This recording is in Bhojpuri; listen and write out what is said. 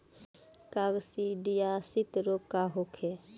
काकसिडियासित रोग का होखे?